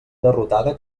derrotada